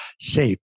safe